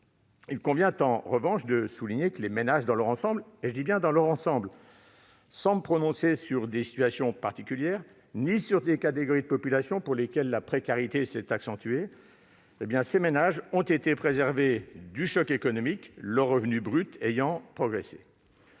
Il convient en revanche de souligner que les ménages dans leur ensemble- je dis bien dans leur ensemble, sans me prononcer sur des situations particulières, ni sur des catégories de populations pour lesquelles la précarité s'est accentuée -ont été préservés du choc économique, leur revenu brut ayant progressé.